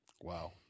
Wow